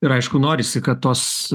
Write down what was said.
ir aišku norisi kad tos